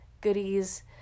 goodies